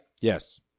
Yes